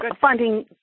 finding